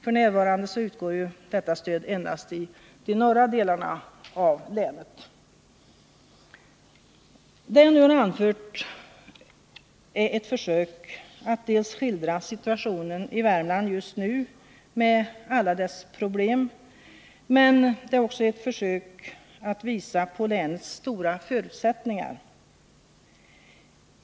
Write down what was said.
F. n. utgår detta stöd endast i de norra Det jag nu har anfört har varit ett försök att skildra situationen i Värmland just nu, med alla dess problem, men också ett försök att visa på länets stora förutsättningar.